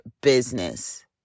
business